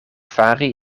fari